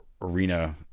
arena